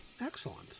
excellent